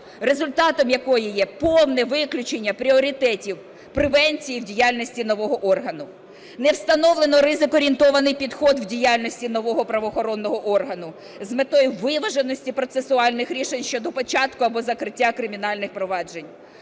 результатом якої є повне виключення пріоритетів превенції у діяльності нового органу. Не встановлено ризик орієнтований підхід у діяльності нового правоохоронного органу з метою виваженості процесуальних рішень щодо початку або закриття кримінальних проваджень.